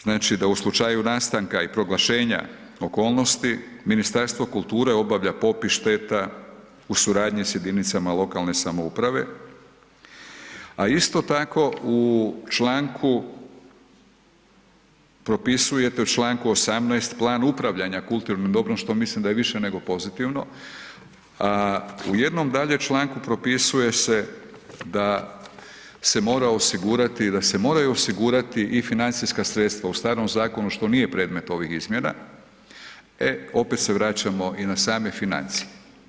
Znači da u slučaju nastanka i proglašenja okolnosti Ministarstvo kulture obavlja popis šteta u suradnji s jedinicama lokalne samouprave, a isto tako u članku, propisujete u članku 18. plan upravljanja kulturnim dobrom što mislim da je više nego pozitivno, a u jednom dalje članku propisuje se da se mora osigurati, da se moraju osigurati i financijska sredstva u starom zakonu što nije predmet ovih izmjena, e opet se vraćamo i na same financije.